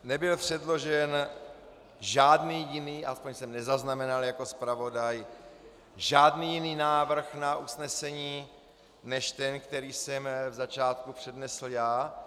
Nebyl předložen žádný jiný, aspoň jsem nezaznamenal jako zpravodaj, žádný jiný návrh na usnesení než ten, který jsem v začátku přednesl já.